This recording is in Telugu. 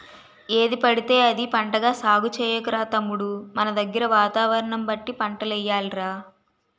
ఏదిపడితే అది పంటగా సాగు చెయ్యకురా తమ్ముడూ మనదగ్గర వాతావరణం బట్టి పంటలెయ్యాలి రా